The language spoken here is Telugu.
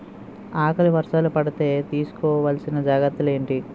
ఆకలి వర్షాలు పడితే తీస్కో వలసిన జాగ్రత్తలు ఏంటి?